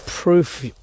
proof